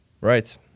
Right